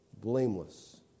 blameless